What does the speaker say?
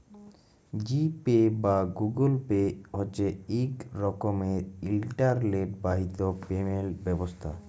জি pay বা Google pay হছে ইক রকমের ইলটারলেট বাহিত পেমেল্ট ব্যবস্থা